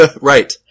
right